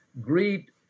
greet